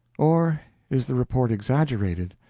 or is the report exaggerated,